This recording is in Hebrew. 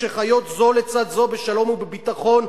שחיות זו לצד זו בשלום ובביטחון,